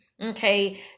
okay